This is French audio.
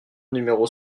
numéro